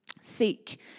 Seek